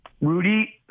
Rudy